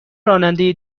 راننده